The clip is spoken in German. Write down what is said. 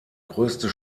größte